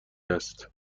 است